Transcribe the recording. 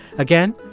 again,